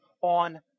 on